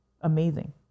amazing